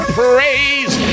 praise